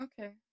okay